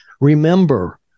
Remember